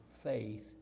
faith